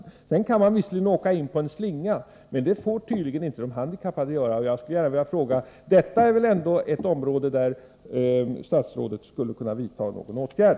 Därifrån kan man visserligen åka in på en slinga, men det får tydligen inte de handikappade göra. Jag skulle vilja fråga om inte detta är ett område där statsrådet skulle kunna vidta någon åtgärd.